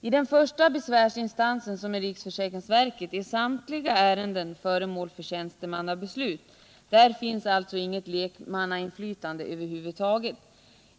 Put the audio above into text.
I den första besvärsinstansen, som är riksförsäkringsverket, är samtliga — Nr 55 ärenden föremål för tjänstemannabeslut. Där finns alltså inget lekmannainflytande över huvud taget.